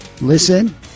Listen